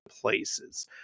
places